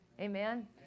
Amen